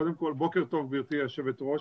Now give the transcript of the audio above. קודם כל בוקר טוב, גברתי היושבת ראש.